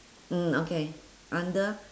mm okay under